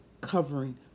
covering